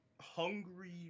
hungry